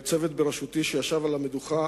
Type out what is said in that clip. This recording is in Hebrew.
צוות בראשותי ישב על המדוכה